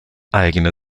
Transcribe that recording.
eigene